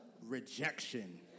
rejection